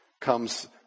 comes